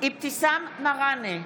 אבתיסאם מראענה,